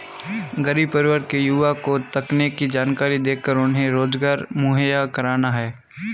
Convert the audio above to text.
गरीब परिवार के युवा को तकनीकी जानकरी देकर उन्हें रोजगार मुहैया कराना है